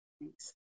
Thanks